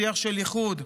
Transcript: שיח של איחוד,